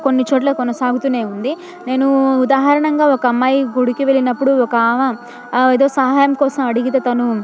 కొన్ని చోట్ల కొనసాగుతూనే ఉంది నేను ఉదాహరణగా ఒక అమ్మాయి గుడికి వెళ్ళినప్పుడు ఒక ఆమె ఏదో సహాయం కోసం అడిగితే తను